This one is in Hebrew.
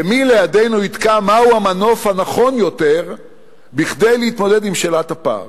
ומי לידנו יתקע מהו המנוף הנכון יותר כדי להתמודד עם שאלת הפער?